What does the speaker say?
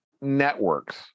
networks